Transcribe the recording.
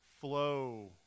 flow